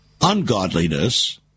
ungodliness